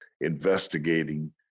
investigating